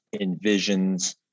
envisions